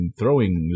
throwing